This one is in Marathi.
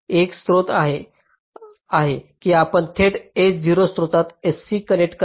एक स्रोत हा आहे की आपण थेट s0 स्त्रोतास sc कनेक्ट करा